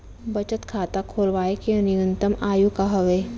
बचत खाता खोलवाय के न्यूनतम आयु का हवे?